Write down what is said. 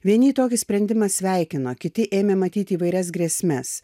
vieni į tokį sprendimą sveikino kiti ėmė matyti įvairias grėsmes